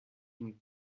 une